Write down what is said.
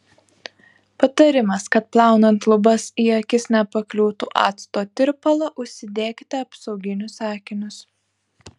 patarimas kad plaunant lubas į akis nepakliūtų acto tirpalo užsidėkite apsauginius akinius